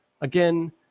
again